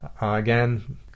Again